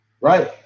right